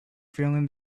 feeling